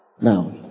Now